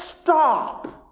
stop